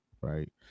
right